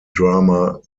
drama